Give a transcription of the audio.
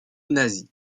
nazie